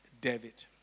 David